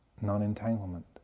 non-entanglement